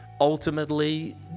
ultimately